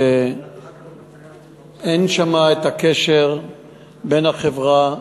שאין שמה קשר בין החברה,